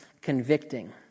convicting